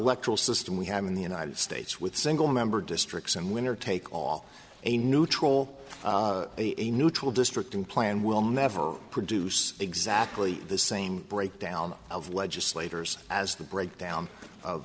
electoral system we have in the united states with single member districts and winner take all a neutral a neutral district unplanned will never produce exactly the same breakdown of legislators as the breakdown of